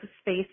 space